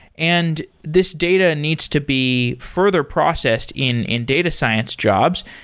and this data needs to be further processed in in data science jobs.